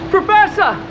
Professor